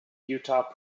utah